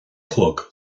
chlog